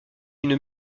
une